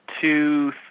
two